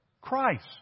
Christ